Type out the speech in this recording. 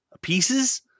pieces